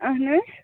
اَہَن حظ